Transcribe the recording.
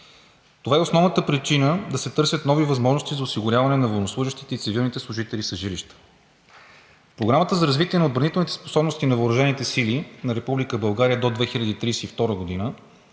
Това е и основната причина да се търсят нови възможности за осигуряване на военнослужещите и цивилните служители с жилища. В Програмата за развитие на отбранителните способности на въоръжените сили на Република